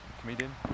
comedian